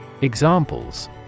Examples